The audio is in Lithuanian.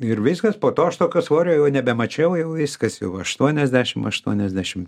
ir viskas po to aš tokio svorio jau nebemačiau jau viskas jau aštuoniasdešim aštuoniasdešim